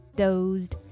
dozed